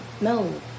no